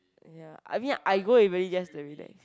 ya I mean I go usually just to relax